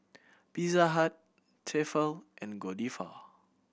Pizza Hut Tefal and Godiva